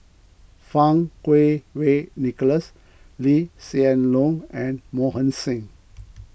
Fang Kuo Wei Nicholas Lee Hsien Loong and Mohan Singh